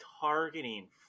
targeting